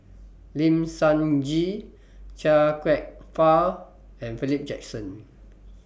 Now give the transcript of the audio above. Lim Sun Gee Chia Kwek Fah and Philip Jackson